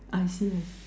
I see I